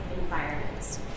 environments